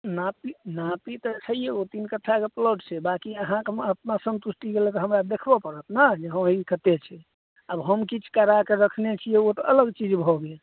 नापी नापी तऽ छैहे ओ तीन कट्ठाके प्लाॅट छै बाकी अहाँके अपना सन्तुष्टिके लेल तऽ हमरा देखबऽ पड़त ने जे हँ ई कते छै आब हम किछु करा कऽ रखने छियै ओ तऽ अलग चीज भऽ गेल